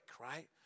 right